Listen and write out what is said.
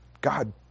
God